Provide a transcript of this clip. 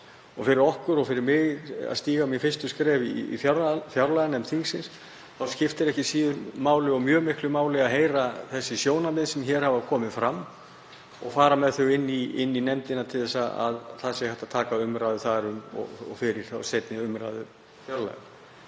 Fyrir okkur og fyrir mig að stíga fyrstu skrefin í fjárlaganefnd þingsins skiptir ekki síður máli, mjög miklu máli, að heyra þau sjónarmið sem hér hafa komið fram og fara með þau inn í nefndina til þess að hægt sé að taka umræðu þar fyrir seinni umræður fjárlaga.